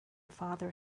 father